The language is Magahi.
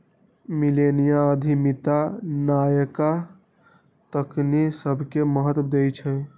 मिलेनिया उद्यमिता नयका तकनी सभके महत्व देइ छइ